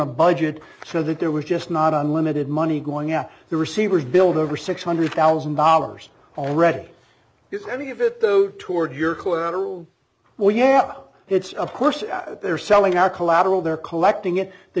a budget so that there was just not unlimited money going out the receivers build over six hundred thousand dollars already if any of it though toward your collateral well yeah oh it's of course they're selling our collateral they're collecting